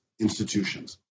institutions